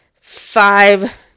Five